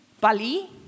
Bali